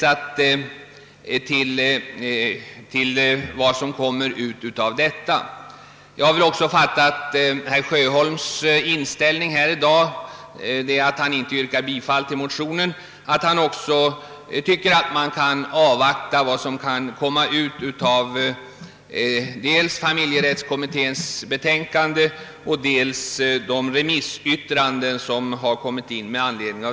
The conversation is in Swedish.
Att herr Sjöholm i dag inte har yrkat bifall till motionen fattar jag så, att han själv tycker att man bör avvakta vad som blir följden av familjerättskommitténs betänkande, sedan remissyttrandena nu har kommit in.